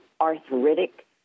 arthritic